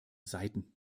seiten